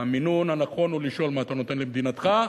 המינון הנכון הוא לשאול מה אתה נותן למדינתך,